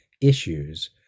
issues